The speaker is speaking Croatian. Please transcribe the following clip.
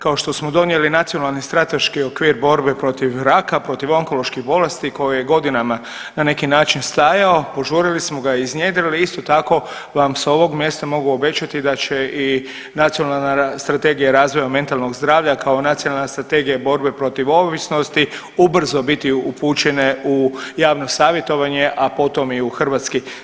Kao što smo donijeli Nacionalni strateški okvir borbe protiv raka, protiv onkoloških bolesti koje godinama na neki način stajao, požurili smo ga iznjedrili, isto tako vam s ovog mjesta mogu obećati da će i Nacionalna strategija razvoja mentalnog zdravlja kao i Nacionalna strategija borbe protiv ovisnosti ubrzo biti upućene u javno savjetovanje, a potom i u HS.